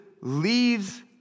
leaves